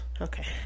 Okay